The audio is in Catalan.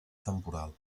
temporal